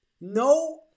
No